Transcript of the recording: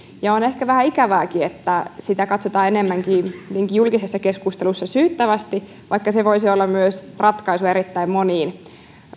on ehkä vähän ikävääkin että sitä katsotaan julkisessa keskustelussa enemmänkin syyttävästi vaikka se voisi olla myös ratkaisu erittäin moniin